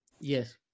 yes